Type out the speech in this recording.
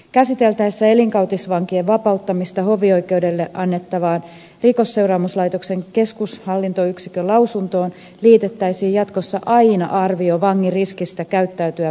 käsiteltäessä elinkautisvankien vapauttamista hovioikeudelle annettavaan rikosseuraamuslaitoksen keskushallintoyksikön lausuntoon liitettäisiin jatkossa aina arvio vangin riskistä käyttäytyä väkivaltaisesti